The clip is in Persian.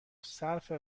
صرف